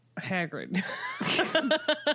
Hagrid